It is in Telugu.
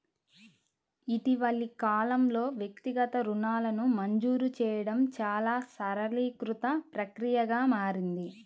ఇటీవలి కాలంలో, వ్యక్తిగత రుణాలను మంజూరు చేయడం చాలా సరళీకృత ప్రక్రియగా మారింది